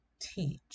teach